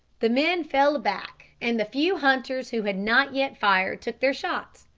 the men fell back, and the few hunters who had not yet fired took their shots,